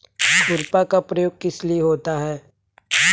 खुरपा का प्रयोग किस लिए होता है?